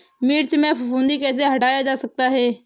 मिर्च में फफूंदी कैसे हटाया जा सकता है?